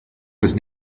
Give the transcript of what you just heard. was